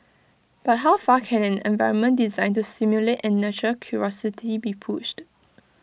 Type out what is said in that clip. but how far can an environment designed to stimulate and nurture curiosity be pushed